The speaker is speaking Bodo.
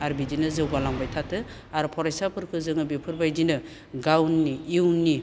आरो बिदिनो जौगालांबाय थाथो आरो फरायसाफोरखो जोङो बेफोरबायदिनो गावनि इयुननि